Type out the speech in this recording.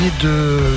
de